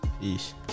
peace